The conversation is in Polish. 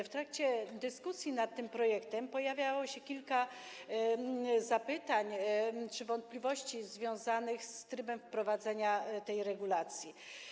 W trakcie dyskusji nad tym projektem pojawiło się kilka pytań czy wątpliwości związanych z trybem wprowadzenia tej regulacji.